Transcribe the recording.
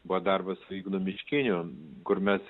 buvo darbas su ignu miškiniu kur mes